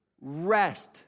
rest